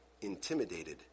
Intimidated